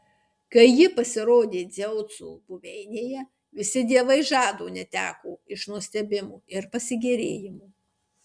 kai ji pasirodė dzeuso buveinėje visi dievai žado neteko iš nustebimo ir pasigėrėjimo